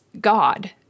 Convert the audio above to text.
God